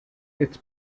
its